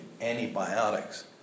antibiotics